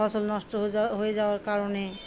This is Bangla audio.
ফসল নষ্ট হয়ে যা হয়ে যাওয়ার কারণে